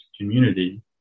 community